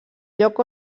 lloc